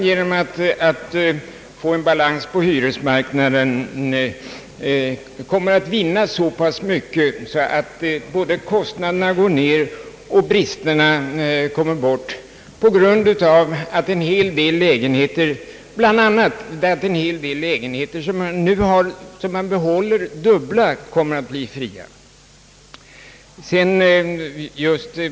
Genom att få en balans på hyresmarknaden kommer vi att vinna både att kostnaderna går ned och att bristerna kommer bort därigenom att bl.a. en hel del lägenheter, som många nu håller dubbla, kommer att bli fria.